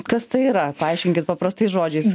kas tai yra paaiškinkit paprastais žodžiais